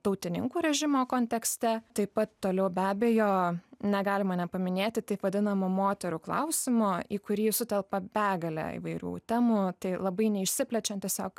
tautininkų režimo kontekste taip pat toliau be abejo negalima nepaminėti taip vadinamo moterų klausimo į kurį sutelpa begalė įvairių temų tai labai neišsiplečiant tiesiog